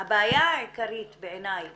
הבעיה העיקרית בעיניי